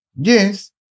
Yes